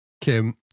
Kim